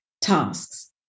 tasks